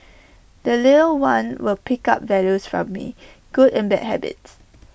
the little one will pick up values from me good and bad habits